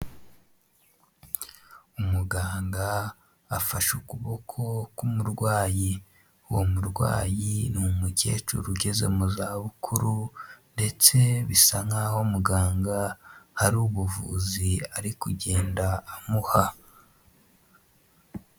Umuganga afashe ukuboko k'umurwayi uwo murwayi ni umukecuru ugeze mu za bukuru ndetse bisa nkaho muganga hari ubuvuzi ari kugenda amuha.